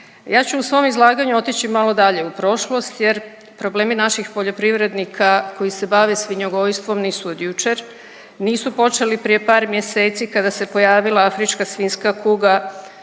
Ja ću u svome izlaganju otići malo dalje u prošlost, jer problemi naših poljoprivrednika koji se bave svinjogojstvom nisu od jučer, nisu počeli prije par mjeseci kada se pojavila afrička svinjska kuga.